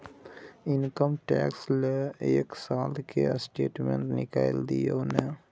Income tax ल एक साल के स्टेटमेंट निकैल दियो न?